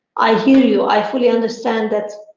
i hear you. i fully understand that